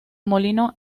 molino